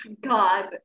God